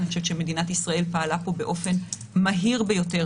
אני חושבת שמדינת ישראל פעלה פה באופן מהיר ביותר.